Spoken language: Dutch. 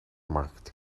markt